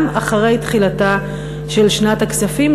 גם אחרי תחילתה של שנת הכספים,